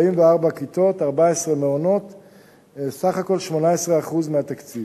44 כיתות, 14 מעונות, בסך הכול 18% מהתקציב.